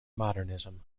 modernism